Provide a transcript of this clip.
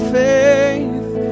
faith